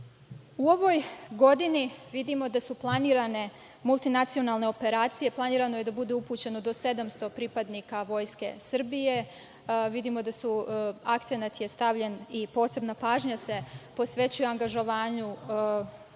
ovoj godini vidimo da su planirane multinacionalne operacije, planirano je da bude upućeno do 700 pripadnika Vojske Srbije. Vidimo da je akcenat stavljen i posebna pažnja se posvećuje angažovanju